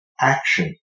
action